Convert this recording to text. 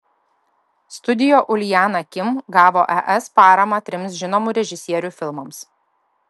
studio uljana kim gavo es paramą trims žinomų režisierių filmams